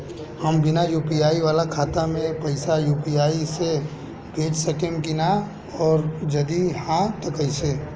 हम बिना यू.पी.आई वाला खाता मे पैसा यू.पी.आई से भेज सकेम की ना और जदि हाँ त कईसे?